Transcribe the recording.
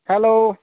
hello